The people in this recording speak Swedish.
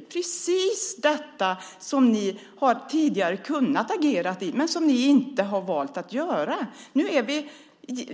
Det är precis det som ni tidigare har kunnat agera för men som ni har valt att inte göra. Vi är